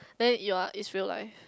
then you're it's real life